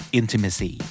intimacy